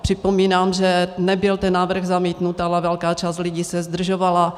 Připomínám, že nebyl ten návrh zamítnut, ale velká část lidí se zdržovala.